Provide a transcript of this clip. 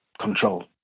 control